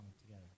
together